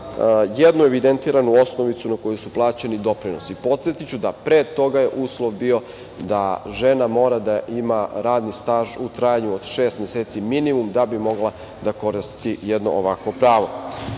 jednu evidentiranu osnovicu na koju su plaćeni doprinosi. Podsetiću da je pre toga uslov bio da žena mora da ima radni staž u trajanju od šest meseci minimum, da bi mogla da koristi jedno ovakvo